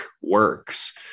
works